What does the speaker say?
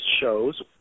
shows